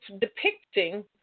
depicting